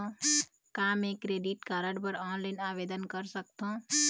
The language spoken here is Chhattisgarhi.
का मैं क्रेडिट कारड बर ऑनलाइन आवेदन कर सकथों?